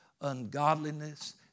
ungodliness